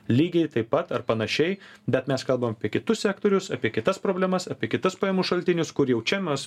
lygiai taip pat ar panašiai bet mes kalbam apie kitus sektorius apie kitas problemas apie kitas pajamų šaltinius kur jau čia mes